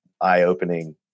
eye-opening